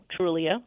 Trulia